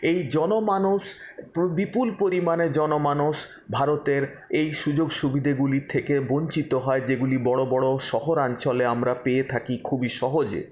এই জনমানস বিপুল পরিমাণে জনমানস ভারতের এই সুযোগ সুবিধেগুলির থেকে বঞ্চিত হয় যেগুলি বড় বড় শহরাঞ্চলে আমরা পেয়ে থাকি খুবই সহজে